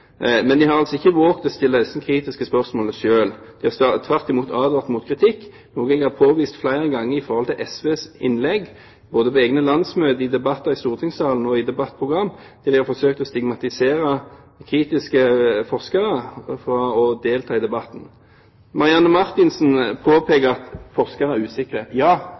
men de har ikke våget å stille de kritiske spørsmålene selv. De har tvert imot advart mot kritikk, noe jeg har påvist flere ganger i forbindelse med SVs innlegg – både på egne landsmøter, i debatter i stortingssalen og i debattprogram – idet de har forsøkt å stigmatisere kritiske forskere slik at de ikke får delta i debatten. Marianne Marthinsen påpeker at forskere er usikre. Ja,